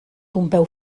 pompeu